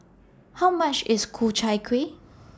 How much IS Ku Chai Kueh